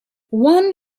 one